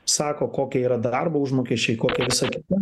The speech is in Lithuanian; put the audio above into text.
sako kokie yra darbo užmokesčiai kokie visa kita